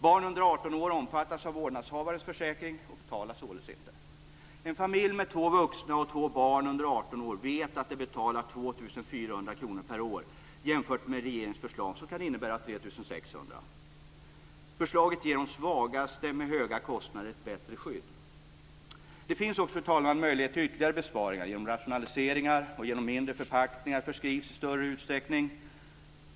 Barn under 18 år omfattas av vårdnadshavarens försäkring och betalar således inte. En familj med två vuxna och två barn under 18 år vet att den betalar 2 400 kr per år jämfört med regeringens förslag som kan innebära 3 600 kr. Förslaget ger de svagaste med höga kostnader ett bättre skydd. Det finns, fru talman, möjligheter till ytterligare besparingar genom rationaliseringar och genom att mindre förpackningar förskrivs i större utsträckning.